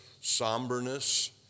somberness